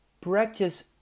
practice